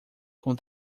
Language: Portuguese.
com